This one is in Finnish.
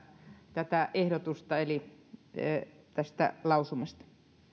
tätä ehdotusta tästä lausumasta